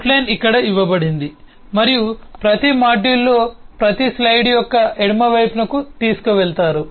outline ఇక్కడ ఇవ్వబడింది మరియు ప్రతి మాడ్యూల్లో ప్రతి స్లైడ్ యొక్క ఎడమ వైపున తీసుకువెళతారు